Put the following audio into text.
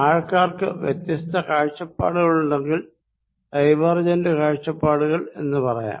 ആൾക്കാർക്ക് വ്യത്യസ്ത കാഴ്ചപ്പാടുകളുണ്ടെങ്കിൽ ഡൈവേർജന്റ് കാഴ്ചപ്പാടുകൾ എന്ന് പറയാം